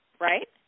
right